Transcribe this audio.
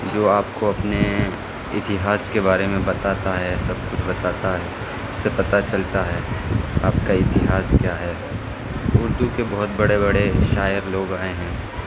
جو آپ کو اپنے اتہاس کے بارے میں بتاتا ہے سب کچھ بتاتا ہے اس سے پتہ چلتا ہے آپ کا اتہاس کیا ہے اردو کے بہت بڑے بڑے شاعر لوگ آئے ہیں